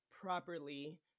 properly